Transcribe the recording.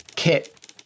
Kit